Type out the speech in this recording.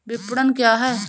विपणन क्या है?